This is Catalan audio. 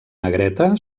negreta